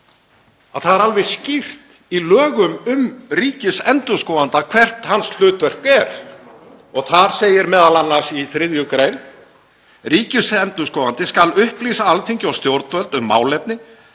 að það er alveg skýrt í lögum um ríkisendurskoðanda hvert hans hlutverk er. Þar segir m.a. í 3. gr.: „Ríkisendurskoðandi skal upplýsa Alþingi og stjórnvöld um málefni